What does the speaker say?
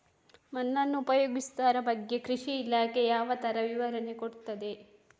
ಮಣ್ಣನ್ನು ಉಪಯೋಗಿಸುದರ ಬಗ್ಗೆ ಕೃಷಿ ಇಲಾಖೆ ಯಾವ ತರ ವಿವರಣೆ ಕೊಡುತ್ತದೆ?